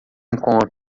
encontra